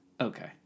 Okay